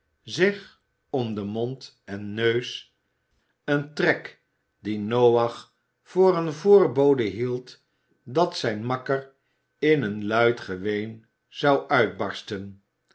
zich om den mond en neus een trek dien noach voor een voorbode hield dat zijn makker in een luid geween zou uitbarsten